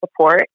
support